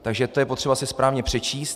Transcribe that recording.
Takže to je potřeba si správně přečíst.